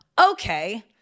okay